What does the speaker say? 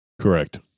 Correct